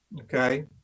Okay